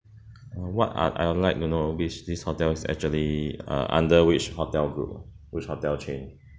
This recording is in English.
uh what I I would like to know which this hotel is actually uh under which hotel group ah which hotel chain